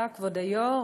תודה כבוד היו"ר,